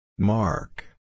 Mark